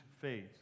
faith